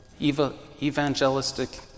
evangelistic